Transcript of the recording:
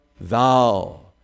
thou